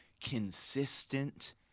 consistent